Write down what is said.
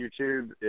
YouTube